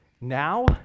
Now